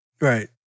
right